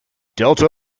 delta